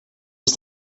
was